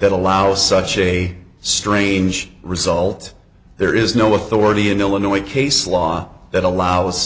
that allows such a strange result there is no authority in illinois case law that allows